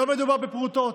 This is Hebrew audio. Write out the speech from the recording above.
לא מדובר בפרוטות,